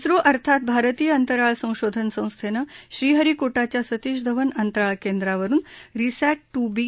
झो अर्थात भारतीय अंतराळ संशोधन संस्थेनं श्रीहरिकोटाच्या सतीश धवन अंतराळ केंद्रावरुन रिसॅट टू बी